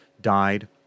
died